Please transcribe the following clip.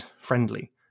friendly